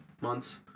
months